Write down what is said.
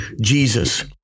Jesus